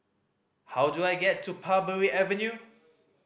how do I get to Parbury Avenue